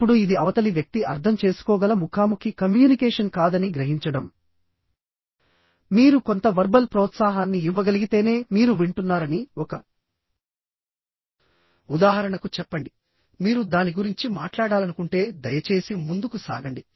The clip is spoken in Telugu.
ఇప్పుడు ఇది అవతలి వ్యక్తి అర్థం చేసుకోగల ముఖాముఖి కమ్యూనికేషన్ కాదని గ్రహించడం మీరు కొంత వర్బల్ ప్రోత్సాహాన్ని ఇవ్వగలిగితేనే మీరు వింటున్నారని ఒక ఉదాహరణకు చెప్పండి మీరు దాని గురించి మాట్లాడాలనుకుంటే దయచేసి ముందుకు సాగండి